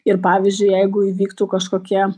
ir pavyzdžiui jeigu įvyktų kažkokie